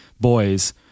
boys